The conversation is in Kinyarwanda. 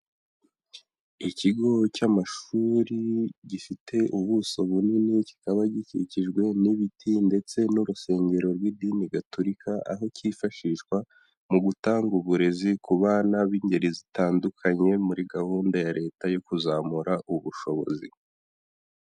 Ikigo cy'amashuri, gifite ubuso bunini, kikaba gikikijwe n'ibiti ndetse n'urusengero rw'idini gatorika. Aho cyifashishwa, mu gutanga uburezi, ku bana b'ingeri zitandukanye. Muri gahunda ya leta yo kuzamura ubushobozi.